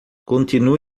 continue